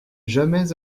jamais